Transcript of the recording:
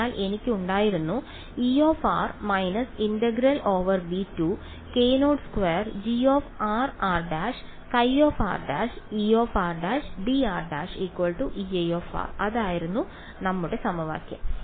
അതിനാൽ എനിക്ക് ഉണ്ടായിരുന്നു അതായിരുന്നു നമ്മുടെ സമവാക്യം